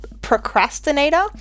procrastinator